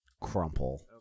crumple